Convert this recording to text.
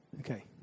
Okay